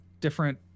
different